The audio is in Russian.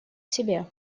себе